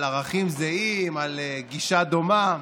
על ערכים זהים, על גישה דומה,